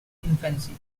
infancy